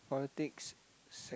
politics